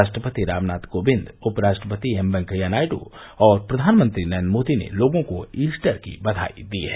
राष्ट्रपति रामनाथ कोविंद उप राष्ट्रपति एम वेंकैया नायडू और प्रधानमंत्री नरेंद्र मोदी ने लोगों को ईस्टर की बधाई दी है